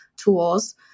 Tools